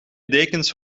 dekens